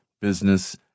business